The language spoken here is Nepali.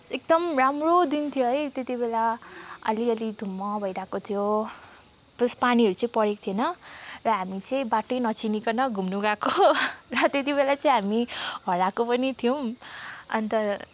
एकदम राम्रो दिन थियो है त्यति बेला अलि अलि धुम्म भइरहेको थियो प्लस पानीहरू चाहिँ परेको थिएन र हामी चाहिँ बाटै नचिनिकन घुम्न गएको र त्यतिबेला चाहिँ हामी हराएका पनि थियौँ अन्त